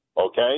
Okay